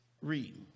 Read